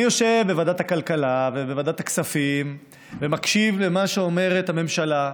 אני יושב בוועדת הכלכלה ובוועדת הכספים ומקשיב למה שאומרת הממשלה,